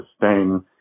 sustain